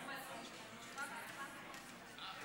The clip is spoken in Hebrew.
הצעת החוק לקידום התחרות ולצמצום הריכוזיות (תיקון